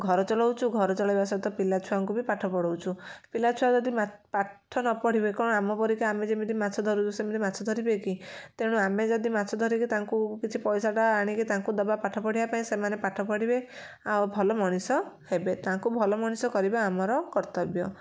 ଘର ଚଳଉଛୁ ଘର ଚଳେଇବା ସହିତ ପିଲା ଛୁଆଙ୍କୁ ବି ପାଠ ପଢ଼ଉଛୁ ପିଲା ଛୁଆ ଯଦି ପାଠ ନ ପଢ଼ିବେ କ'ଣ ଆମ ପରିକା ଆମେ ଯେମିତି ମାଛ ଧରୁଛୁ ସେମିତି ମାଛ ଧରିବେ କି ତେଣୁ ଆମେ ଯଦି ମାଛ ଧରିକି ତାଙ୍କୁ କିଛି ପଇସା ଟା ଆଣିକି ତାଙ୍କୁ ଦବା ପାଠ ପଢ଼ିବା ପାଇଁ ସେମାନେ ପାଠ ପଢ଼ିବେ ଆଉ ଭଲ ମଣିଷ ହେବେ ତାଙ୍କୁ ଭଲ ମଣିଷ କରିବା ଆମର କର୍ତ୍ତବ୍ୟ